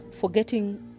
forgetting